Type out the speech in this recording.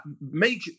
make